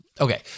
Okay